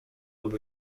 lub